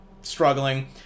struggling